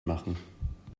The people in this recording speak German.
machen